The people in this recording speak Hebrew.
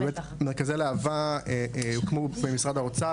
מרכזי להבה הוקמו במשרד האוצר,